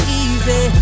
easy